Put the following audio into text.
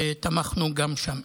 ותמכנו גם שם.